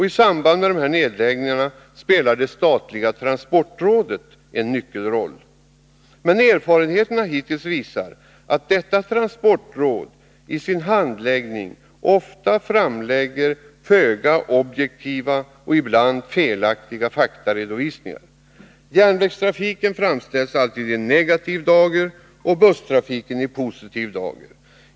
I samband med dessa nedläggningar spelar det statliga transportrådet en nyckelroll. Men erfarenheterna hittills visar att detta transportråd i sin handläggning ofta framlägger föga objektiva och ibland felaktiga faktaredovisningar. Järnvägstrafiken framställs alltid i negativ dager och busstrafiken i positiv dager.